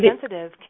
sensitive